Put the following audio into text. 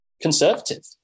conservative